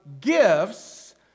gifts